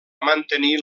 mantenir